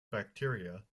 bacteria